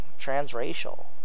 Transracial